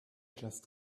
just